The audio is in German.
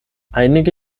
einige